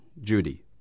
Judy